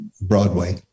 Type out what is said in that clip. Broadway